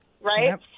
right